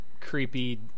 creepy